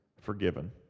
forgiven